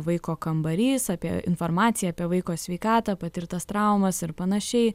vaiko kambarys apie informaciją apie vaiko sveikatą patirtas traumas ir panašiai